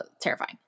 terrifying